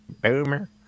Boomer